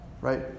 right